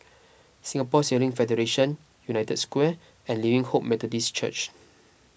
Singapore Sailing Federation United Square and Living Hope Methodist Church